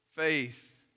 Faith